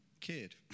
kid